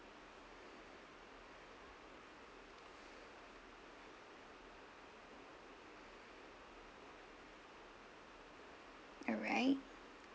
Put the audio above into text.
alright